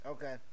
Okay